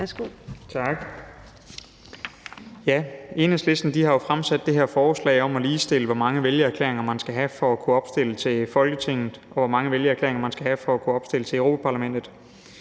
(DF): Tak. Enhedslisten har fremsat det her forslag om at ligestille, hvor mange vælgererklæringer man skal have for at kunne opstillet til Folketinget, og hvor mange vælgererklæringer man skal have for at kunne opstille til Europa-Parlamentet.